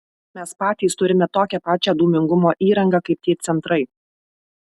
mes patys turime tokią pačią dūmingumo įrangą kaip tie centrai